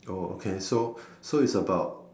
oh okay so so is about